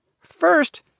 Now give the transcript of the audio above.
First